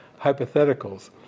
hypotheticals